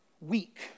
week